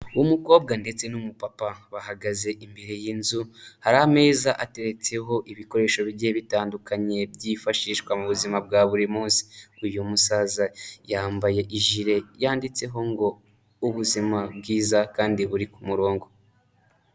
Umukobwa ndetse n'umupapa bahagaze imbere y'inzu, hari ameza ateretseho ibikoresho bigiye bitandukanye byifashishwa mu buzima bwa buri munsi, uyu musaza yambaye ijire yanditseho ngo: "Ubuzima bwiza kandi buri ku murongo."